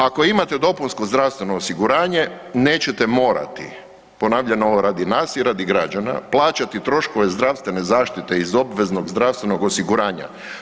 Ako imate dopunsko zdravstveno osiguranje nećete morati, ponavljam ovo radi nas i radi građana, plaćati troškove zdravstvene zaštite iz obveznog zdravstvenog osiguranja.